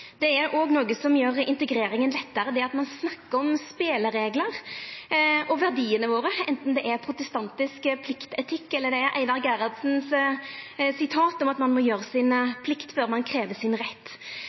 Det er òg noko som gjer integreringa lettare, det at ein snakkar om spelereglar og verdiane våre, anten det er protestantisk pliktetikk, eller det er sitatet frå Einar Gerhardsen om at ein må gjera si plikt før ein krev sin